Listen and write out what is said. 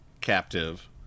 captive